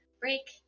break